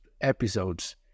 episodes